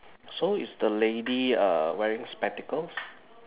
so is the lady uh wearing spectacles